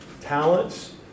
talents